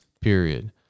Period